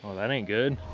that ain't good.